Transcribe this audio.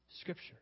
Scripture